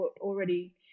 already